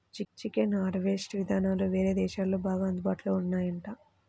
chicken harvest ఇదానాలు వేరే దేశాల్లో బాగా అందుబాటులో ఉన్నాయంట